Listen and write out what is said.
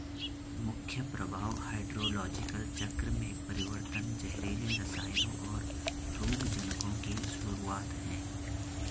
मुख्य प्रभाव हाइड्रोलॉजिकल चक्र में परिवर्तन, जहरीले रसायनों, और रोगजनकों की शुरूआत हैं